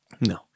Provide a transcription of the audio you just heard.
No